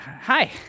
hi